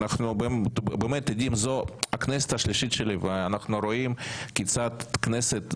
זו הכנסת השלישית שלי ואנחנו רואים כיצד הכנסת,